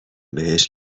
بهش